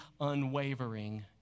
unwavering